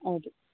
ಹೌದು